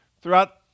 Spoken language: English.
throughout